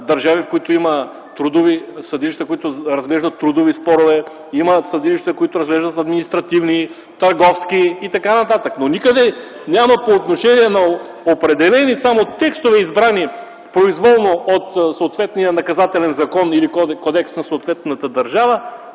държави, в които има трудови съдилища, които разглеждат трудови спорове, има съдилища, които разглеждат административни, търговски и т.н., но никъде няма по отношение само на определени текстове, избрани произволно от съответния наказателен закон или кодекс на съответната държава,